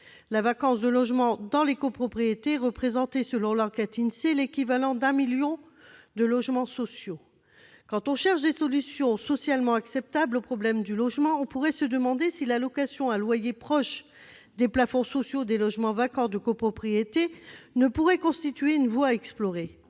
La vacance de logements dans les copropriétés représentait, selon l'enquête de l'INSEE, l'équivalent d'un million de logements sociaux. Quand on cherche des solutions socialement acceptables au problème du logement, on pourrait se demander si la location à un niveau de loyer proche des plafonds sociaux de logements vacants dans des copropriétés ne pourrait constituer une voie à explorer.